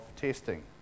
testing